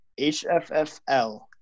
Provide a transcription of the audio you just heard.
HFFL